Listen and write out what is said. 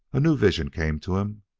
a new vision came to him.